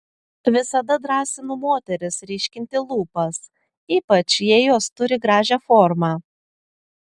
visada drąsinu moteris ryškinti lūpas ypač jei jos turi gražią formą